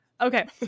Okay